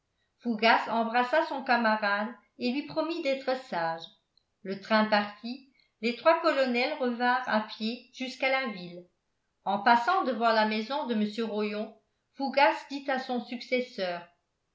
fougas embrassa son camarade et lui promit d'être sage le train parti les trois colonels revinrent à pied jusqu'à la ville en passant devant la maison de mr rollon fougas dit à son successeur